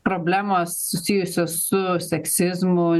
problemos susijusios su seksizmu